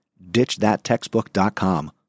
ditchthattextbook.com